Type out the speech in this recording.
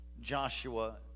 Joshua